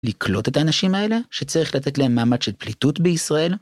לקלוט את האנשים האלה שצריך לתת להם מעמד של פליטות בישראל?